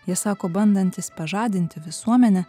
jie sako bandantys pažadinti visuomenę